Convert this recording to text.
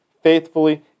faithfully